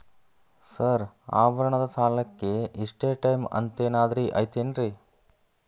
Sir ಆಭರಣದ ಸಾಲಕ್ಕೆ ಇಷ್ಟೇ ಟೈಮ್ ಅಂತೆನಾದ್ರಿ ಐತೇನ್ರೇ?